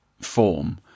form